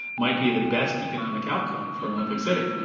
might be the best economic outcome for an olympic city.